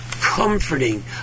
comforting